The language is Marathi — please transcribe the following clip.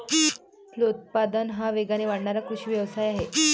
फलोत्पादन हा वेगाने वाढणारा कृषी व्यवसाय आहे